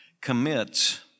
commits